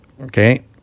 Okay